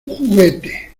juguete